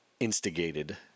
instigated